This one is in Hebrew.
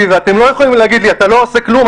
ואתם לא יכולים להגיד לי: "אתה לא עושה כלום,